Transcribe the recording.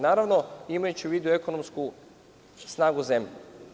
Naravno, imajući u vidu ekonomsku snagu zemlje.